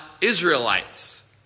israelites